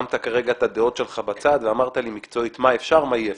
שמת כרגע את הדעות שלך בצד ואמרת לי מקצועית מה אפשר ומה אי אפשר.